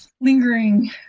lingering